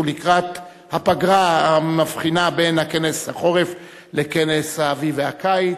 ולקראת הפגרה המבחינה בין כנס החורף לכנס האביב והקיץ,